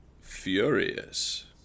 Furious